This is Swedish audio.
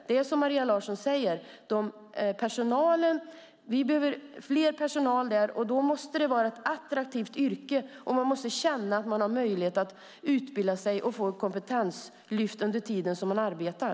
Det är som Maria Larsson säger, att vi behöver mer personal där, och då måste det vara ett attraktivt yrke där man känner att man har möjlighet att utbilda sig och få ett kompetenslyft under tiden som man arbetar.